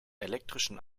elektrischen